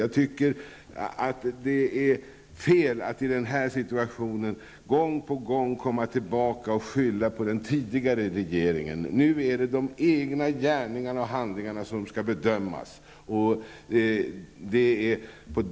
Jag tycker att det är fel att i den här situationen gång på gång komma tillbaka och skylla på den tidigare regeringen. Nu är det de egna gärningarna och handlingarna som skall bedömas.